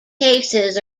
cases